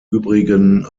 übrigen